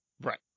Right